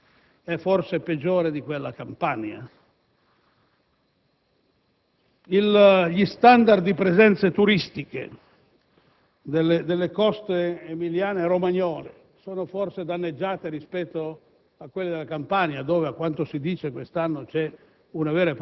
Cosa ne risulta circa la qualità dell'ambiente e dell'atmosfera? La situazione emiliana per l'opera di questi otto termovalorizzatori - o inceneritori che dir si voglia - è forse peggiore di quella campana?